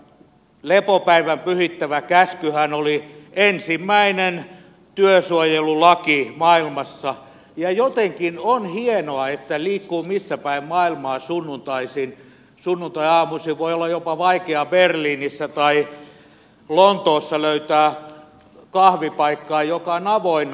lepopäivän pyhittävä käskyhän oli ensimmäinen työsuojelulaki maailmassa ja jotenkin on hienoa että liikkuu missäpäin maailmaa tahansa sunnuntaisin sunnuntaiaamuisin voi olla jopa vaikea berliinissä tai lontoossa löytää kahvipaikkaa joka on avoinna